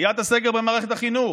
דחיית הסגר במערכת החינוך.